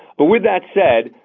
but with that said,